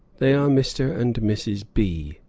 they are mr. and mrs. b,